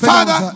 Father